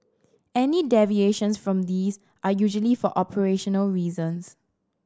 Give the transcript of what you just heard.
any deviations from these are usually for operational reasons